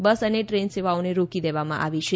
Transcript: બસ અને રેલ સેવાઓને રોકી દેવામાં આવી છે